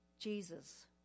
Jesus